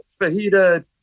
fajita